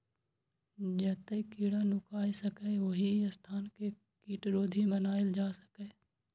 जतय कीड़ा नुकाय सकैए, ओहि स्थान कें कीटरोधी बनाएल जा सकैए